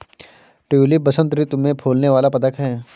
tulip बसंत ऋतु में फूलने वाला पदक है